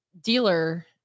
dealer